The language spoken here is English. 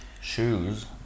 shoes